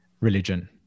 religion